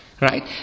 Right